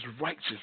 righteous